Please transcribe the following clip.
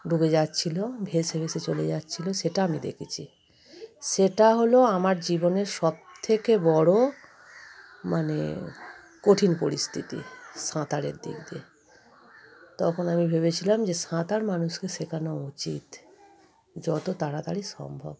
ডুবে যাচ্ছিল ভেসে ভেসে চলে যাচ্ছিল সেটা আমি দেখেছি সেটা হলো আমার জীবনের সব থেকে বড় মানে কঠিন পরিস্থিতি সাঁতারের দিক দিয়ে তখন আমি ভেবেছিলাম যে সাঁতার মানুষকে শেখানো উচিত যত তাড়াতাড়ি সম্ভব